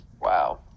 Wow